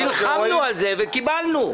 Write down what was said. נלחמנו על זה וקיבלנו.